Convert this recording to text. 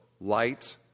Light